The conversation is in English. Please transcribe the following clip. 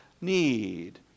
need